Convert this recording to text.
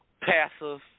passive